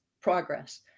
progress